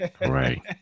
Right